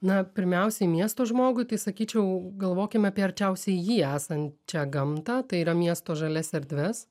na pirmiausiai miesto žmogui tai sakyčiau galvokim apie arčiausiai jį esančią gamtą tai yra miesto žalias erdves